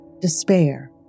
Despair